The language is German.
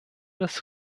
das